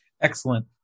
Excellent